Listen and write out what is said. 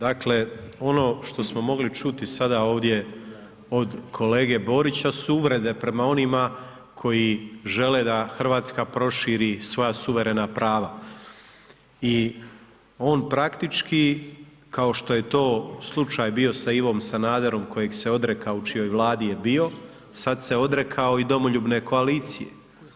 Dakle, ono što smo mogli čuti sada ovdje od kolege Borića su uvrede prema onima koji žele da Hrvatska proširi svoja suverena prava i on praktički, kao što je to slučaj bio sa Ivom Sanaderom kojeg se odrekao u čijoj Vladi je bio, sad se odrekao i Domoljubne koalicije.